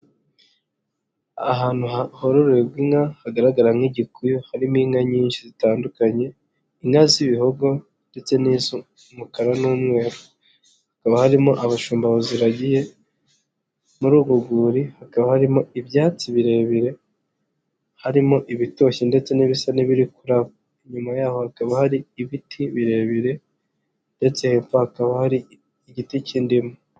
Ahantu hororerwa inka, hagaragara nk'igikuyu, harimo inka nyinshi zitandukanye, inka z'ibihogo ndetse n'iz'umukara n'umweru, hakaba harimo abashumba baziragiye, muri urwo rwuri hakaba harimo ibyatsi birebire, harimo ibitoshye ndetse n'ibisa nibiri kuraba, inyuma yaho hakaba hari ibiti birebire ndetse hepfo hakaba hari igiti cy'indimu.